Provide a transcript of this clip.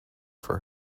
for